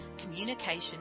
communication